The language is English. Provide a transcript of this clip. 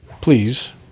please